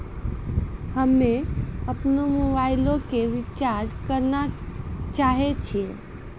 हम्मे अपनो मोबाइलो के रिचार्ज करना चाहै छिये